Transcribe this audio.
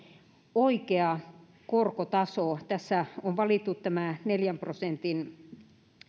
oikea korkotaso tässä on valittu tämä neljän prosentin